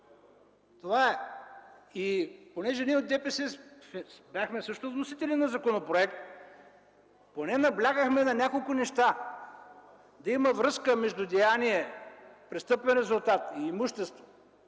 Това е. Ние от ДПС също бяхме вносители на законопроект. Поне наблягахме на няколко неща: да има връзка между деяние, престъпен резултат и имущество,